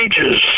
Ages